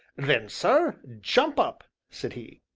then, sir, jump up, said he.